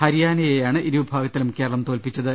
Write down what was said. ഹരിയാനയെയാണ് ഇരു വിഭാഗ ത്തിലും കേരളം തോൽപിച്ചത്